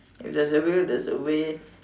if there is a will there is a way